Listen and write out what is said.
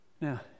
Now